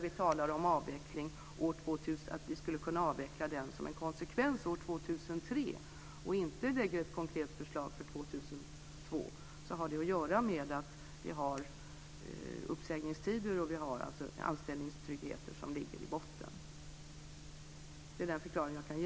Vi talar också om att avveckla Presstödsnämnden som en konsekvens år 2003, men lägger inte fram något konkret förslag för år 2002. Det har att göra med uppsägningstider och anställningstrygghet. Det är den förklaring jag kan ge